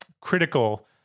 critical